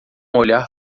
olhar